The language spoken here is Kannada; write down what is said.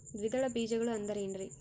ದ್ವಿದಳ ಬೇಜಗಳು ಅಂದರೇನ್ರಿ?